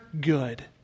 good